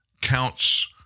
counts